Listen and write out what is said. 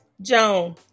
Joan